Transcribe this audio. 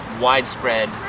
widespread